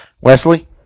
Wesley